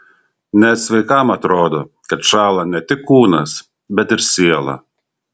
net sveikam atrodo kad šąla ne tik kūnas bet ir siela